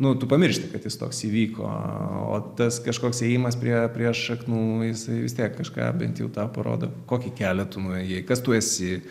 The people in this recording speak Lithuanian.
nu tu pamiršti kad jis toks įvyko o tas kažkoks ėjimas prie prie šaknų jisai vis tiek kažką bent jau tą parodo kokį kelią tu nuėjai kas tu esi